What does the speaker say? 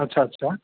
अच्छा अच्छा